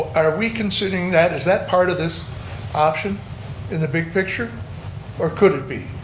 are we considering that, is that part of this option in the big picture or could it be?